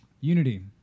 Unity